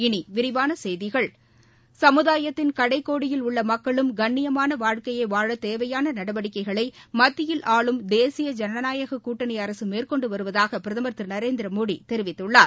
இனி விரிவான செய்திகள் சமுதாயத்தின் கடைக்கோடியில் உள்ள மக்களும் கண்ணியமான வாழ்க்கையை வாழத் தேவையான நடவடிக்கைகளை மத்தியில் ஆளும் தேசிய ஜனநாயகக் கூட்டணி அரசு மேற்கொண்டு வருவதாக பிரதமர் திரு நரேந்திர மோடி தெரிவித்துள்ளார்